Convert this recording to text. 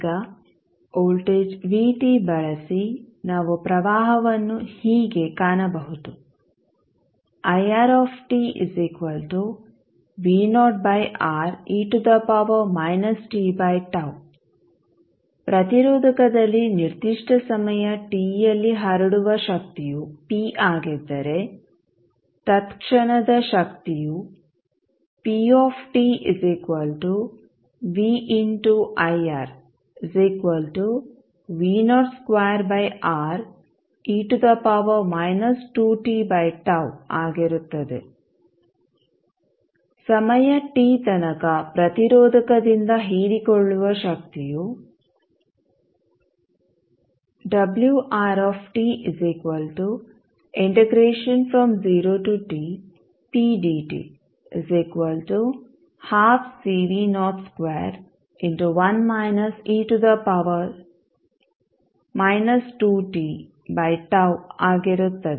ಈಗ voltage V ಟಿvoltage v ಬಳಸಿ ನಾವು ಪ್ರವಾಹವನ್ನು ಹೀಗೆ ಕಾಣಬಹುದು ಪ್ರತಿರೋಧಕದಲ್ಲಿ ನಿರ್ದಿಷ್ಟ ಸಮಯ ಟಿಯಲ್ಲಿ ಹರಡುವ ಶಕ್ತಿಯು ಪಿ ಆಗಿದ್ದರೆ ತತ್ಕ್ಷಣದ ಶಕ್ತಿಯು ಆಗಿರುತ್ತದೆ ಸಮಯ ಟಿ ತನಕ ಪ್ರತಿರೋಧಕದಿಂದ ಹೀರಿಕೊಳ್ಳುವ ಶಕ್ತಿಯು ಆಗಿರುತ್ತದೆ